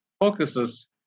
focuses